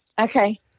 Okay